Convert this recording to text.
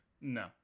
No